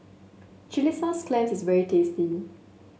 Chilli Sauce Clams is very tasty